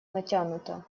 натянута